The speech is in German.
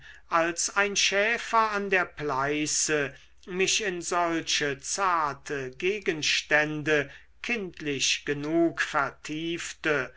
als ein schäfer an der pleiße mich in solche zarte gegenstände kindlich genug vertiefte